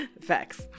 Facts